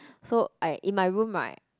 so I in my room right